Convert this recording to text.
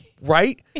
right